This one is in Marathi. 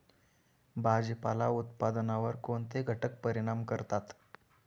भाजीपाला उत्पादनावर कोणते घटक परिणाम करतात?